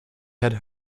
had